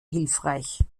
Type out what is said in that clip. hilfreich